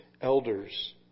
elders